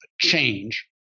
change